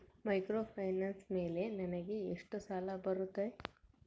Microfinance ಮೇಲೆ ನನಗೆ ಎಷ್ಟು ಸಾಲ ಬರುತ್ತೆ?